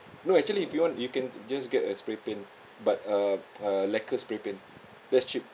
no actually if you want you can just get a spray paint but uh uh lacquer spray paint that's cheap